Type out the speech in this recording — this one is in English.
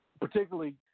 particularly